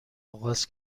آغاز